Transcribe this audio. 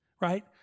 right